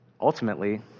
Ultimately